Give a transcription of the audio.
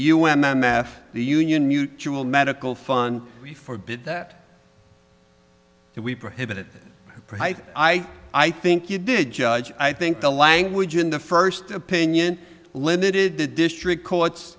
un math the union mutual medical fund for bid that we prohibited by i think you did judge i think the language in the first opinion limited the district